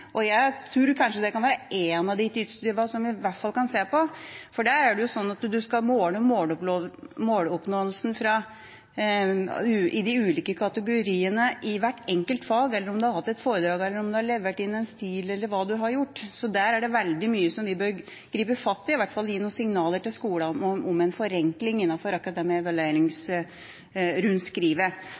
Jeg tror kanskje det kan være en av de tidstyvene som vi i hvert fall kan se på, for der er det sånn at man skal måle måloppnåelsen i de ulike kategoriene i hvert enkelt fag – om man har hatt et foredrag eller levert inn en stil, eller hva man har gjort. Så der er det veldig mye som vi bør gripe fatt i. Vi bør i hvert fall gi noen signaler til skolene om en forenkling